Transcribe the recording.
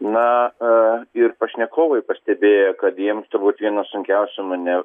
na ir pašnekovai pastebėjo kad jiems turbūt vienas sunkiausių mane